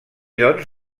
doncs